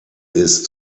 ist